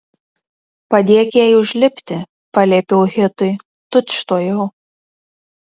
padėk jai užlipti paliepiau hitui tučtuojau